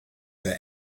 for